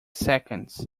seconds